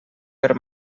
per